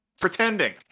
pretending